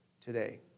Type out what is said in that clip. today